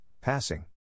passing